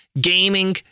gaming